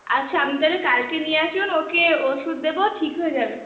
আচ্ছা আপনি তাহলে কালকে নিয়ে আসুন ওকে ওষুধ দেবো ঠিক হয়ে যাবে